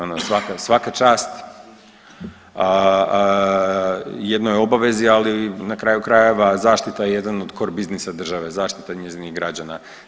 Ono, svaka čast jednoj obavezi ali na kraju krajeva, zaštita je jedan od core businessa države, zaštita njezinih građana.